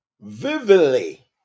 vividly